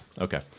Okay